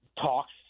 talks